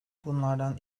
bunlardan